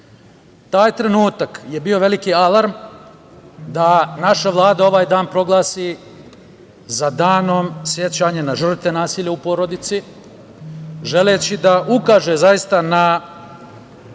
Taj trenutak je bio veliki alarm da naša Vlada ovaj dan proglasi Danom sećanja na žrtve nasilja u porodici, želeći da ukaže na